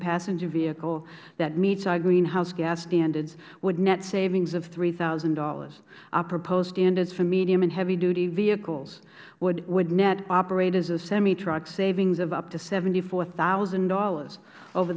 passenger vehicle that meets our greenhouse gas standards would net savings of three thousand dollars our proposed standards for medium and heavy duty vehicles would net operators of semitrucks savings of up to seventy four thousand dollars over